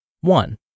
One